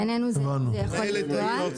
בעיננו זה יכול לפגוע.